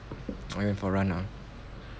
oh you have for run ah